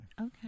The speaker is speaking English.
okay